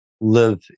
live